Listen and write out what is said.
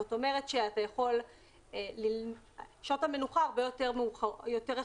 זאת אומרת שעות המנוחה הרבה יותר רחבות.